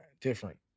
different